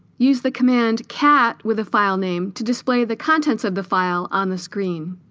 use the command cat with a file name to display the contents of the file on the screen